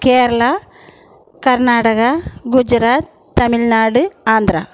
Kerala Karnataka Gujarat Tamil Nadu Andhra